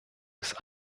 ist